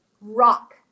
rock